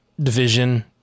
division